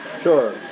Sure